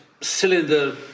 cylinder